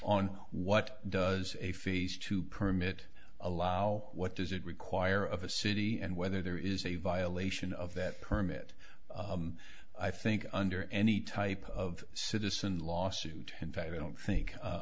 on what does a phase two permit allow what does it require of a city and whether there is a violation of that permit i think under any type of citizen lawsuit in fact i don't think